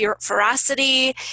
ferocity